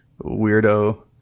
weirdo